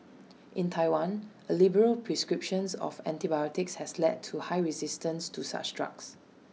in Taiwan A liberal prescriptions of antibiotics has led to high resistance to such drugs